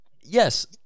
Yes